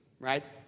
right